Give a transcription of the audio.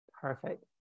Perfect